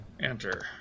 Enter